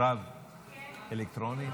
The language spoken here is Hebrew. מירב, אלקטרונית?